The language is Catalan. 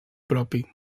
propi